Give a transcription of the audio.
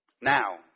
Now